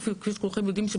שכפי שכולכם יודעים,